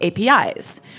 APIs